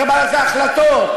מקבלת ההחלטות,